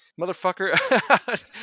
motherfucker